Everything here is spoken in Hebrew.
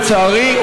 לצערי,